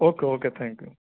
okay اوے thank you